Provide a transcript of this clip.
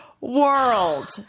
world